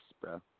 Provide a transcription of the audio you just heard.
bro